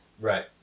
Right